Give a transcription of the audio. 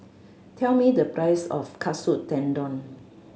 tell me the price of Katsu Tendon